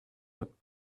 looked